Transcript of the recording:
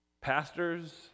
pastors